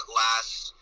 last